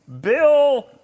Bill